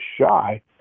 shy